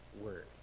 word